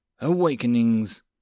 Awakenings